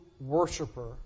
worshiper